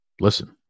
Listen